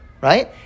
right